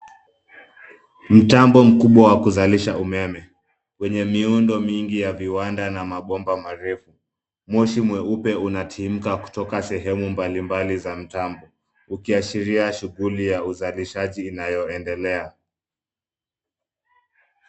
Mtambo mkubwa wa kuzalisha umeme, wenye miundo mingi ya viwanda na mabomba marefu . Moshi mweupe unatimka kutoka sehemu mbalimbali za mtambo , ukiashiria shughuli ya uzalishaji inayoendelea.